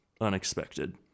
unexpected